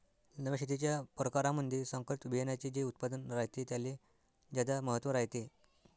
नव्या शेतीच्या परकारामंधी संकरित बियान्याचे जे उत्पादन रायते त्याले ज्यादा महत्त्व रायते